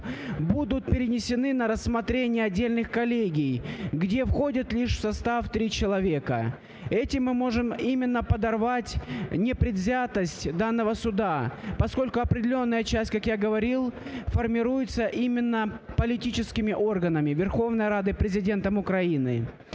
будут перенесены на рассмотрение отдельных коллегий, где входит лишь в состав три человека. Этим мы можем именно подорвать непредвзятость данного суда, поскольку определенная часть, как я говорил, формируется именно политическими органами – Верховной Радой и Президентом Украины.